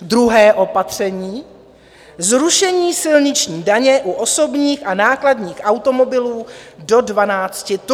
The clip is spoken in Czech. Druhé opatření zrušení silniční daně u osobních a nákladních automobilů do 12 tun.